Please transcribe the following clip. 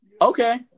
Okay